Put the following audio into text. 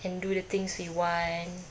and do the things we want